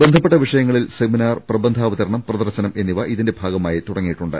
ബന്ധ പ്പെട്ട വിഷയങ്ങളിൽ സെമിനാർ പ്രബന്ധാവതരണം പ്രദർശനം എന്നിവ ഇതിന്റെ ഭാഗമായി തുടങ്ങിയിട്ടുണ്ട്